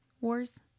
wars